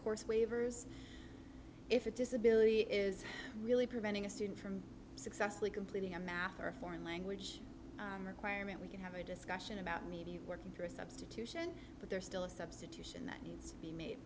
course waivers if a disability is really preventing a student from successfully completing a math or foreign language requirement we can have a discussion about media working through substitution but there's still a substitution that needs to be made